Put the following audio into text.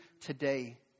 today